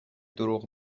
دروغ